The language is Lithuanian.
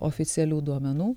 oficialių duomenų